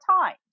times